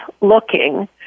looking